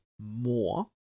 more